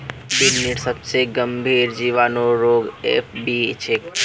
बिर्निर सबसे गंभीर जीवाणु रोग एफ.बी छे